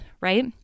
right